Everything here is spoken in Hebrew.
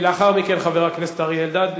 לאחר מכן, חבר הכנסת אריה אלדד.